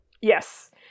Yes